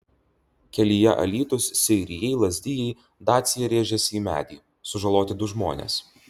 kelyje alytus seirijai lazdijai dacia rėžėsi į medį sužaloti du žmonės